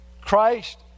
Christ